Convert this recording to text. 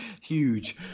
Huge